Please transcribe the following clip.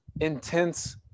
intense